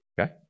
Okay